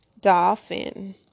Dolphin